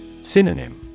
Synonym